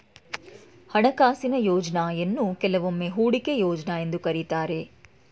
ಹಣಕಾಸಿನ ಯೋಜ್ನಯನ್ನು ಕೆಲವೊಮ್ಮೆ ಹೂಡಿಕೆ ಯೋಜ್ನ ಎಂದು ಕರೆಯುತ್ತಾರೆ